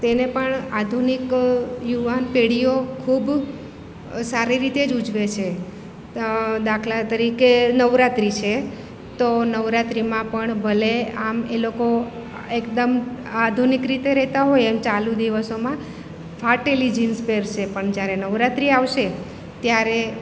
તેને પણ આધુનિક યુવાન પેઢીઓ ખૂબ સારી રીતે જ ઉજવે છે દાખલા તરીકે નવરાત્રિ છે તો નવરાત્રિમાં પણ ભલે આમ એ લોકો એકદમ આધુનિક રીતે રહેતા હોય એમ ચાલુ દિવસોમાં ફાટેલી જીન્સ પહેરશે પણ જ્યારે નવરાત્રિ આવશે ત્યારે